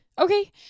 Okay